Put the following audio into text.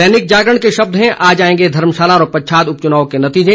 दैनिक जागरण के शब्द हैं आज आएंगे धर्मशाला और पच्छाद उपचुनाव के नतीजे